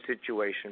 situation